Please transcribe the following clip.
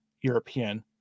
European